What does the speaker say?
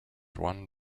one